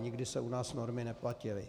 Nikdy se u nás normy neplatily.